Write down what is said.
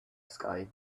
sky